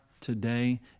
today